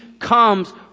comes